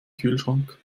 kühlschrank